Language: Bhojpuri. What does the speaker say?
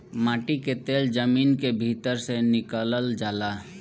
माटी के तेल जमीन के भीतर से निकलल जाला